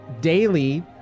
daily